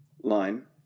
line